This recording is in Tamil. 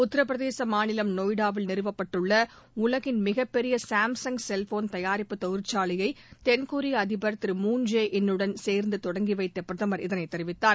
உத்தரப்பிரதேச மாநிலம் நொய்டாவில் நிறுவப்பட்டுள்ள உலகின் மிகப்பெரிய சாம்சுங் செல்போன் தயாரிப்பு தொழிற்சாலையை தென்கொரிய அதிபர் திரு மூன் ஜே இன் னுடன் சேர்ந்து தொடங்கி வைத்த பிரதமர் இதனைத் தெரிவித்தார்